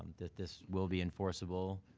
that this will be enforceable.